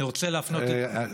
אני רוצה להפנות, איציק.